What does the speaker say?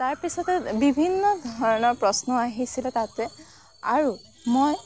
তাৰপিছতে বিভিন্ন ধৰণৰ প্ৰশ্ন আহিছিলে তাতে আৰু মই